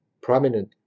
prominent